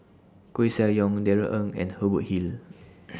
Koeh Sia Yong Darrell Ang and Hubert Hill